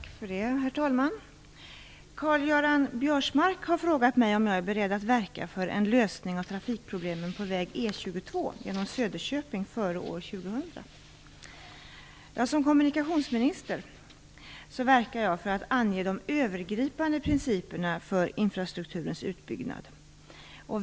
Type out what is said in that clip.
Herr talman! Karl-Göran Biörsmark har frågat mig om jag är beredd att verka för en lösning av trafikproblemen på väg E 22 genom Söderköping före år Som kommunikationsminister verkar jag för att ange de övergripande principerna för infrastrukturens utbyggnad.